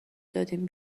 دادیم